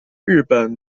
日本